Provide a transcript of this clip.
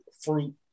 fruit